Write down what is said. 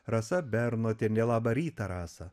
rasa bernotienė labą rytą rasa